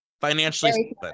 financially